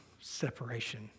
separation